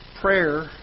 prayer